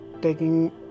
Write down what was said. taking